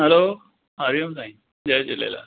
हलो हरिओम साईं जय झूलेलाल